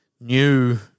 new